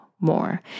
more